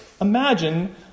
imagine